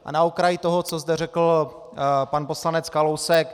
A na okraj toho, co zde řekl pan poslanec Kalousek.